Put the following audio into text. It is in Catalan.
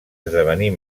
esdevenir